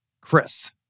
Chris